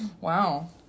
wow